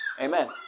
Amen